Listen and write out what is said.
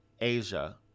asia